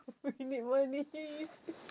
we need money